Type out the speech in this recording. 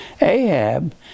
Ahab